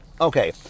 Okay